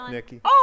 Nikki